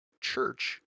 church